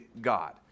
God